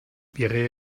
wäre